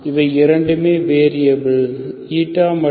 இவை இரண்டு வேரியபில் மற்றும்